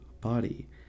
body